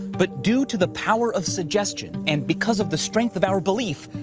but due to the power of suggestion, and because of the strength of our belief,